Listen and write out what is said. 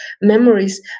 memories